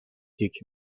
تیک